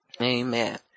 Amen